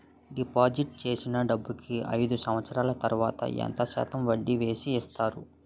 Deposit చేసిన డబ్బుకి అయిదు సంవత్సరాల తర్వాత ఎంత శాతం వడ్డీ వేసి ఇస్తారు?